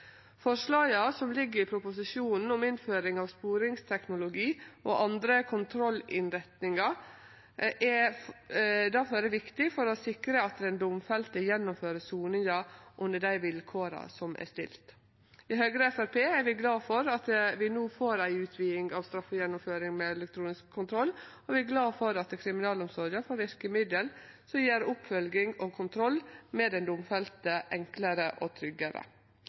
Forslaga som ligg i proposisjonen om innføring av sporingsteknologi og andre kontrollinnretningar, er difor viktige for å sikre at den domfelte gjennomfører soninga under dei vilkåra som er stilte. I Høgre og Framstegspartiet er vi glade for at vi no får ei utviding av straffegjennomføring med elektronisk kontroll, og vi er glade for at kriminalomsorga får verkemiddel som gjer oppfølging og kontroll med den domfelte enklare og tryggare.